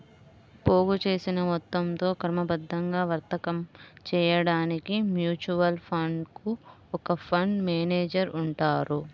పోగుచేసిన మొత్తంతో క్రమబద్ధంగా వర్తకం చేయడానికి మ్యూచువల్ ఫండ్ కు ఒక ఫండ్ మేనేజర్ ఉంటారు